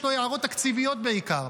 יש לו הערות תקציביות בעיקר.